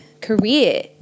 career